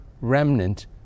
remnant